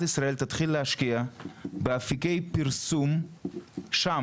ישראל תתחיל להשקיע באפיקי פרסום שם,